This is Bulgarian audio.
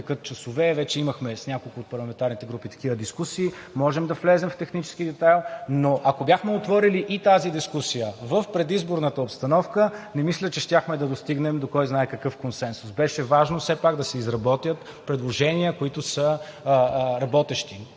текат часове. Вече имахме с няколко от парламентарните групи такива дискусии, можем да влезем в технически детайл. Но ако бяхме отворили и тази дискусия в предизборната обстановка, не мисля, че щяхме да достигнем до кой знае какъв консенсус. Беше важно все пак да се изработят предложения, които са работещи.